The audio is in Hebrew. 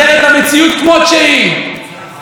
לא רק בערוץ 20 ובגלי ישראל,